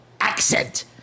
accent